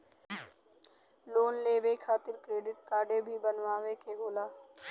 Loan लेवे खातिर credit काडे भी बनवावे के होला?